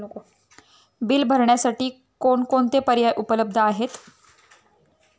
Bill भरण्यासाठी कोणकोणते पर्याय उपलब्ध आहेत?